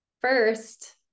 first